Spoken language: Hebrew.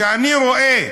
כשאני רואה